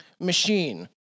machine